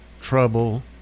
trouble